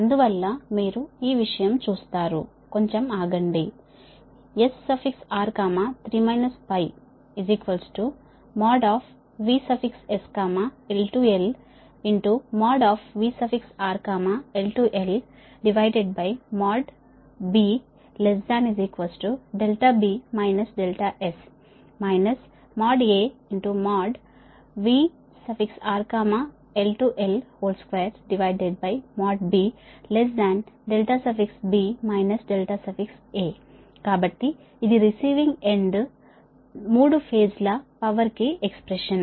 అందువల్ల మీరు ఈ విషయం చూస్తారు కొంచెం ఆగండి SR3 VSL LVRL L|B| AVRL L2|B| కాబట్టి ఇది రిసీవింగ్ ఎండ్ 3 ఫేజ్ ల పవర్ కి ఎక్స్ ప్రెషన్